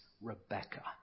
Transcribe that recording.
Rebecca